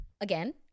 again